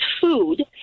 food